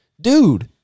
dude